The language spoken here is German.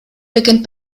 beginnt